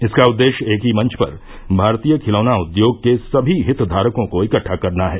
इसका उद्देश्य एक ही मंच पर भारतीय खिलौना उद्योग के सभी हित धारकों को इकट्टा करना है